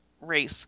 race